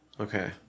Okay